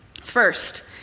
First